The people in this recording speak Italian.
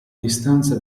distanza